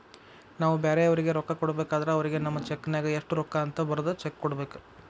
ನಾವು ಬ್ಯಾರೆಯವರಿಗೆ ರೊಕ್ಕ ಕೊಡಬೇಕಾದ್ರ ಅವರಿಗೆ ನಮ್ಮ ಚೆಕ್ ನ್ಯಾಗ ಎಷ್ಟು ರೂಕ್ಕ ಅಂತ ಬರದ್ ಚೆಕ ಕೊಡಬೇಕ